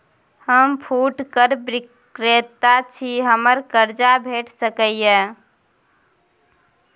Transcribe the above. हम फुटकर विक्रेता छी, हमरा कर्ज भेट सकै ये?